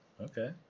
Okay